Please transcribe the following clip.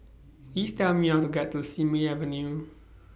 Please Tell Me How to get to Simei Avenue